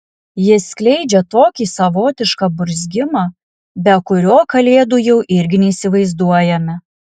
jis skleidžia tokį savotišką burzgimą be kurio kalėdų jau irgi neįsivaizduojame